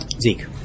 Zeke